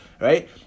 right